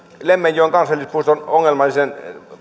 lemmenjoen kansallispuiston ongelmallisen